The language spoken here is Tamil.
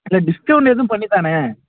இதில் டிஸ்கௌண்ட் எதுவும் பண்ணித்தாண்ணே